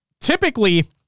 typically